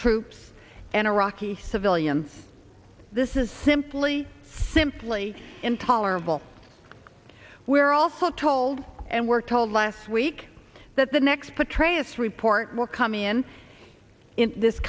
troops and iraqi civilians this is simply simply intolerable we're also told and we're told last week that the next to train us report will come in in this